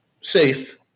safe